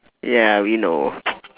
yeah we know